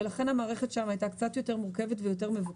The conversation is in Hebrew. ולכן המערכת שם הייתה קצת יותר מורכבת ומבוקרת.